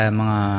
mga